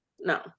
No